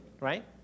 right